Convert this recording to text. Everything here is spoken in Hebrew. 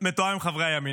זה היה מתואם עם חברי הימין.